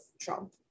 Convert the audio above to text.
Trump